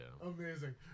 Amazing